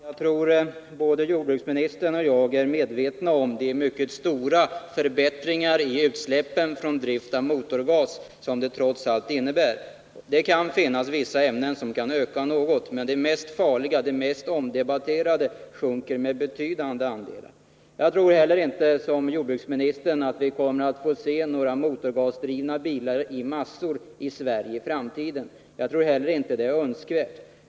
Herr talman! Jag tror att både jordbruksministern och jag är medvetna om de mycket stora förbättringar i fråga om utsläppen som drift med motorgas trots allt innebär. Vissa ämnen andelar i utsläppen kan möjligen öka något, men det mest farliga och mest omdebatterade ämnet minskar betydligt. Jag tror vidare liksom jordbruksministern inte att vi i framtiden kommer att få se motorgasdrivna bilar i massor i Sverige. Det är troligen inte heller önskvärt.